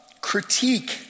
Critique